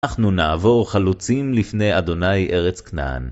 אנחנו נעבור חלוצים לפני אדוני ארץ כנען.